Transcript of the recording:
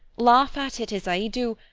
laugh at it, as i do,